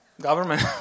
government